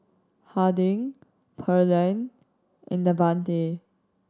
Harding Pearline and Davante